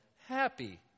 Happy